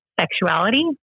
sexuality